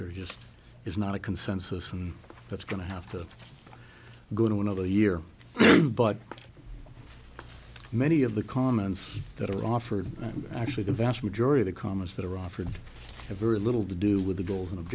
there just is not a consensus and that's going to have to go to another year but many of the comments that are offered actually the vast majority of the comments that are offered have very little to do with the goals